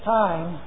time